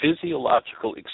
physiological